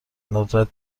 ندرت